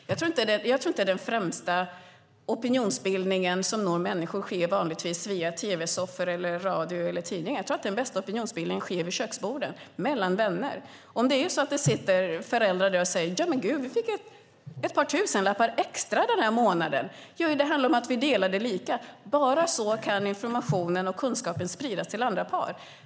Jag tror inte att den främsta opinionsbildningen som når människor vanligtvis sker via tv-soffor, radio eller tidningar. Jag tror att den bästa opinionsbildningen sker vid köksborden mellan vänner. Det kanske sitter några föräldrar där som säger: Vi fick ett par tusenlappar extra den här månaden för att vi delade lika. Bara på det sättet kan informationen och kunskapen spridas till andra par.